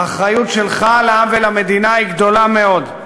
האחריות שלך לעם ולמדינה היא גדולה מאוד,